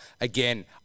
Again